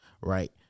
right